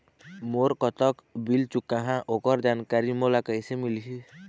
मोर कतक बिल चुकाहां ओकर जानकारी मोला कैसे मिलही?